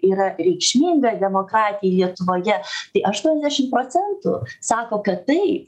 yra reikšminga demokratijai lietuvoje tai aštuoniasdešim procentų sako kad taip